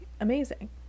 Amazing